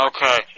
Okay